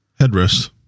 headrest